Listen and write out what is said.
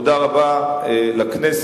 תודה רבה לכנסת.